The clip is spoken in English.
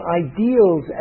ideals